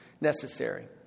necessary